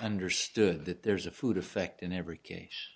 understood that there's a food effect in every cage